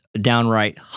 downright